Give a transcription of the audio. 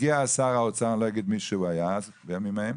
הגיע אז שר האוצר אני לא אגיד מי הוא היה אז בימים ההם